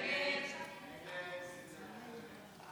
הסתייגות 17 לא